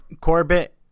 Corbett